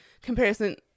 comparison